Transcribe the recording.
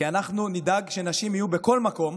כי אנחנו נדאג שנשים יהיו בכל מקום,